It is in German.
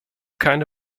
keine